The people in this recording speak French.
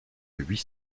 huit